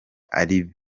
aribo